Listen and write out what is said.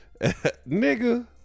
nigga